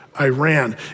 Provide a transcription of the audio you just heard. Iran